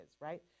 right